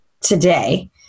today